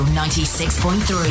96.3